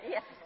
Yes